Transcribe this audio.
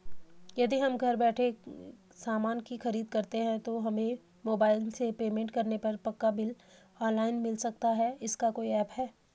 यदि हम घर बैठे सामान की खरीद करते हैं तो हमें मोबाइल से पेमेंट करने पर पक्का बिल ऑनलाइन मिल सकता है इसका कोई ऐप है